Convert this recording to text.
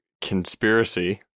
conspiracy